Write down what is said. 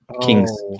Kings